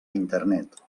internet